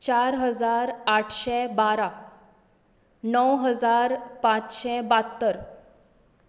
चार हजार आठशें बारा णव हजार पांचशें ब्यात्तर